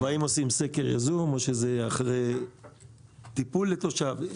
והאם עושים סקר יזום או שזה אחרי טיפול לתושב?